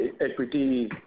equity